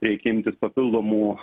reikia imtis papildomų